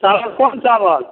चावल कोन चावल